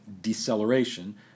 deceleration